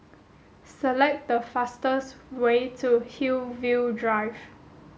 select the fastest way to Hillview Drive